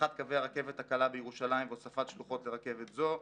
הארכת קווי הרכבת הקלה בירושלים והוספת שלוחות לרכבת זו,